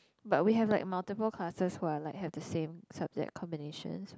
but we have like multiple classes who are like have the same subject combinations